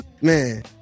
man